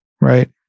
right